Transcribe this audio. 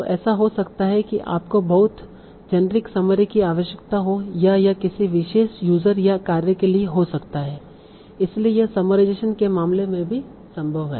तो ऐसा हो सकता है कि आपको बहुत ही जेनेरिक समरी की आवश्यकता हो या यह किसी विशेष यूजर या कार्य के लिए हो सकता है इसलिए यह समराइजेशेन के मामले में भी संभव है